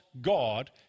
God